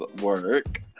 work